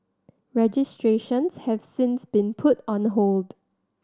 registrations have since been put on hold